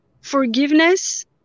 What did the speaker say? Forgiveness